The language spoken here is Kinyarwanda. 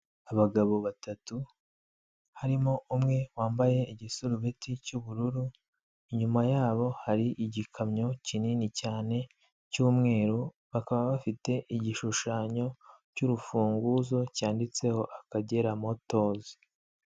Abagabo batatu harimo umwe wambaye igisurubeti cy'ubururu, inyuma yabo hari igikamyo kinini cyane cy'umweru. Bakaba bafite igishushanyo cy'urufunguzo cyanditseho akagera motozi.